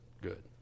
good